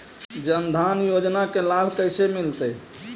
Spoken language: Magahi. जन धान योजना के लाभ कैसे मिलतै?